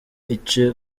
ice